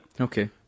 Okay